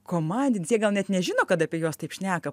komandinis jie gal net nežino kad apie juos taip šneka